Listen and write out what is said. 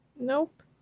Nope